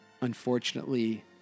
Unfortunately